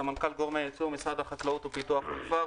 סמנכ"ל גורמי ייצור במשרד החקלאות ופיתוח הכפר.